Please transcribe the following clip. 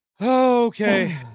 Okay